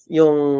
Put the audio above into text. yung